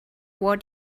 war